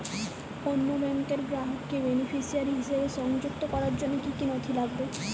অন্য ব্যাংকের গ্রাহককে বেনিফিসিয়ারি হিসেবে সংযুক্ত করার জন্য কী কী নথি লাগবে?